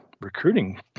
recruiting